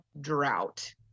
drought